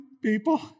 people